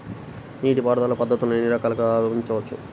నీటిపారుదల పద్ధతులను ఎన్ని రకాలుగా విభజించవచ్చు?